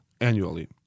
Annually